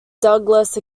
douglas